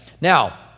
Now